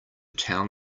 town